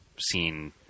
seen